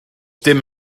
dim